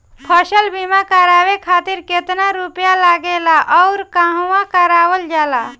फसल बीमा करावे खातिर केतना रुपया लागेला अउर कहवा करावल जाला?